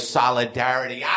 solidarity